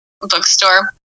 bookstore